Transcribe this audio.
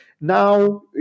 Now